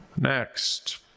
Next